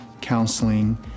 counseling